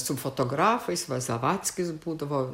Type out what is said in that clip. su fotografais va zvadskis būdavo